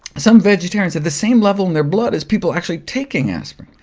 some vegetarians had the same level in their blood as people actually taking aspirin.